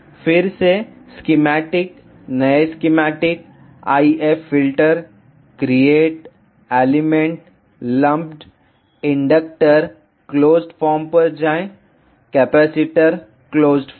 फिर से स्कीमैटिक नए schematic IF filter create element lumped inductor closed form पर जाएं कैपेसिटर क्लोज्ड फॉर्म